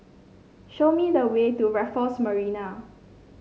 show me the way to Raffles Marina